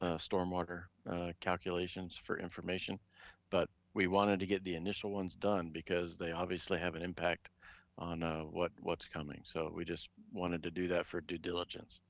ah stormwater calculations for information but we wanted to get the initial ones done because they obviously have an impact on ah what's coming. so we just wanted to do that for due diligence.